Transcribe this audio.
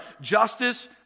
justice